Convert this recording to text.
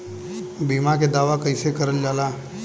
बीमा के दावा कैसे करल जाला?